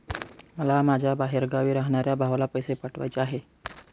मला माझ्या बाहेरगावी राहणाऱ्या भावाला पैसे पाठवायचे आहे